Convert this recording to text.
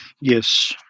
Yes